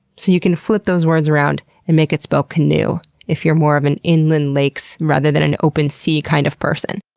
so you can flip those words around and make it spell canoe if you are more of an inland-lakes rather than an open sea kind of person.